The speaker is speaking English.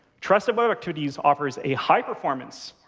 trusted web activities offers a high-performance,